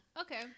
Okay